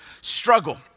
struggle